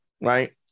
right